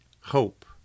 hope